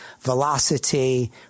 velocity